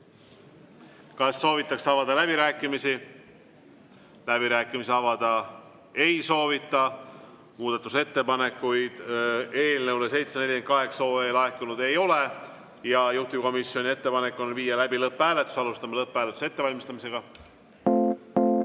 Kas soovitakse avada läbirääkimisi? Läbirääkimisi avada ei soovita. Muudatusettepanekuid eelnõu 748 kohta laekunud ei ole ja juhtivkomisjoni ettepanek on viia läbi lõpphääletus. Alustame lõpphääletuse ettevalmistamist.